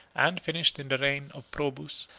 and finished in the reign of probus,